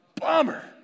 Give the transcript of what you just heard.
Bummer